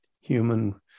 human